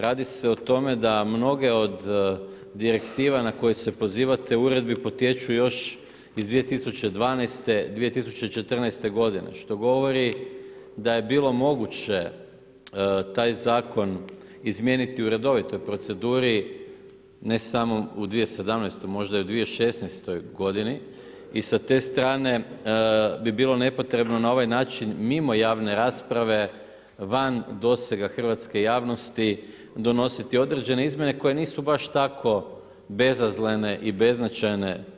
Radi se o tome da mnoge od direktiva na koje se pozivate u uredbi potječu još iz 2012., 2014. godine što govori da je bilo moguće taj zakon izmijeniti u redovitoj proceduri, ne samo u 2017., možda i u 2016. godini i sa te strane bi bilo nepotrebno na ovaj način mimo javne rasprave van dosega hrvatske javnosti donositi određene izmjene koje nisu baš tako bezazlene i beznačajne.